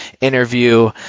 interview